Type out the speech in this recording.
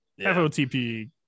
FOTP